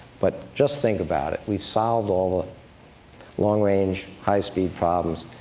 but just think about it we've solved all long-range, high-speed problems.